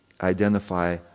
identify